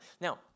Now